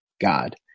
God